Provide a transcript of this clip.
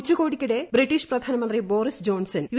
ഉച്ചകോടിക്കിടെ British പ്രധാനമന്ത്രി Boris Johnson U